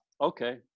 okay